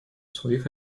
своих